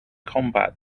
combat